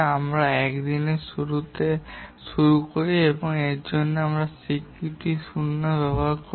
আমরা 1 দিনের শুরুতে শুরু করি এবং এর জন্য আমরা স্বীকৃতি দিন 0 ব্যবহার করব